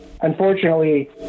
unfortunately